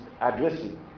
addressing